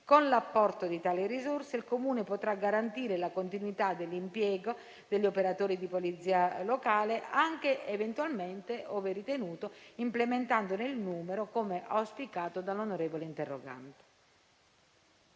Con l'apporto di tali risorse il Comune potrà garantire la continuità dell'impiego degli operatori di Polizia locale anche eventualmente, ove ritenuto, implementandone il numero, come auspicato dall'onorevole interrogante.